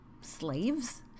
slaves